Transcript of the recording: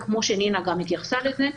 כמו שנינא גם התייחסה לזה,